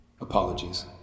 Apologies